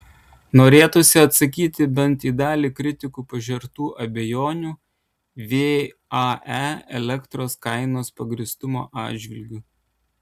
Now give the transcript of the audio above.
norėtųsi atsakyti bent į dalį kritikų pažertų abejonių vae elektros kainos pagrįstumo atžvilgiu